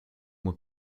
mois